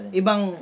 ibang